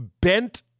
bent